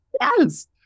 Yes